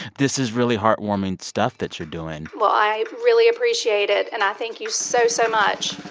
this is really heartwarming stuff that you're doing well, i really appreciate it. and i thank you so, so much